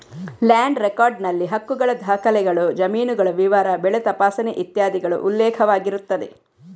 land record ನಲ್ಲಿ ಹಕ್ಕುಗಳ ದಾಖಲೆಗಳು, ಜಮೀನುಗಳ ವಿವರ, ಬೆಳೆ ತಪಾಸಣೆ ಇತ್ಯಾದಿಗಳು ಉಲ್ಲೇಖವಾಗಿರುತ್ತದೆ